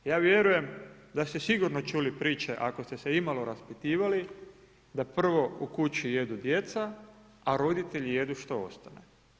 Ja vjerujem da ste sigurno čuli priče ako ste se imalo raspitivali, da prvo u kući jedu djeca, a roditelji jedu što ostane.